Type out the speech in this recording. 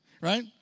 right